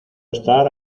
estar